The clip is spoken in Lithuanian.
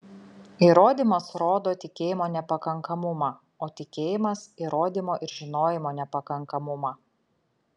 įrodymas rodo tikėjimo nepakankamumą o tikėjimas įrodymo ir žinojimo nepakankamumą